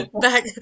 Back